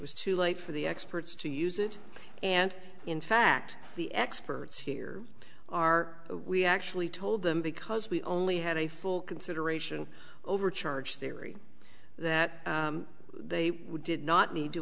was too late for the experts to use it and in fact the experts here are we actually told them because we only had a full consideration overcharge theory that they would did not need to